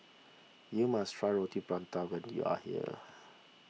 you must try Roti Prata when you are here